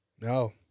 no